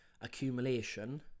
accumulation